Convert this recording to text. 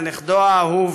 לנכדו האהוב